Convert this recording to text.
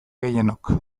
gehienok